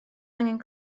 angen